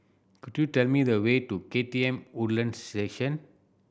could you tell me the way to K T M Woodlands Station